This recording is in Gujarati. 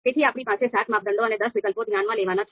તેથી આપણી પાસે સાત માપદંડો અને દસ વિકલ્પો ધ્યાનમાં લેવાના છે